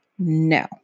No